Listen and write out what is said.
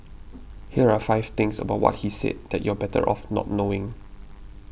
here are five things about what he said that you're better off not knowing